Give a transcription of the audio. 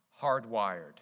hardwired